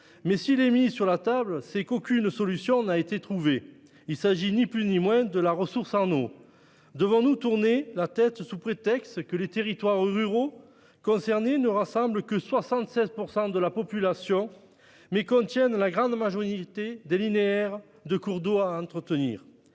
fois, c'est parce qu'aucune solution n'a été trouvée. Il s'agit ni plus ni moins que de la ressource en eau. Devons-nous tourner la tête sous prétexte que les territoires ruraux concernés ne rassemblent pas 76 % de la population ? Ils couvrent, en revanche, la grande majorité des linéaires de cours d'eau à entretenir.